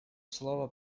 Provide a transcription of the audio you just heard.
слово